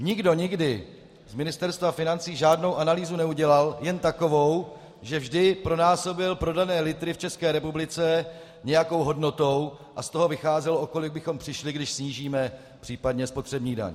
Nikdo nikdy z Ministerstva financí žádnou analýzu neudělal, jen takovou, že vždy vynásobil prodané litry v České republice nějakou hodnotou a z toho vycházel, o kolik bychom přišli, když snížíme případně spotřební daň.